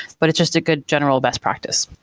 but it's just a good general best practice